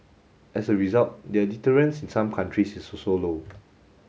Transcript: as a result their deterrence in some countries is also low